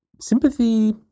Sympathy